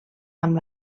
amb